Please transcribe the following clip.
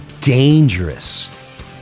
dangerous